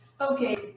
Okay